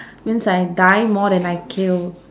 means I die more than I kill